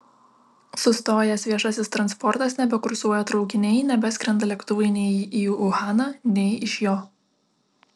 sustojęs viešasis transportas nebekursuoja traukiniai nebeskrenda lėktuvai nei į uhaną nei iš jo